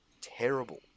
terrible